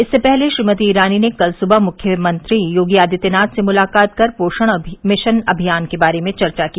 इससे पहले श्रीमती ईरानी ने कल सुबह मुख्यमंत्री योगी आदित्यनाथ से मुलाकात कर पोषण मिशन अमियान के बारे में चर्चा की